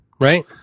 right